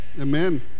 Amen